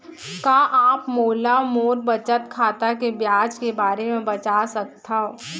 का आप मोला मोर बचत खाता के ब्याज के बारे म बता सकता हव?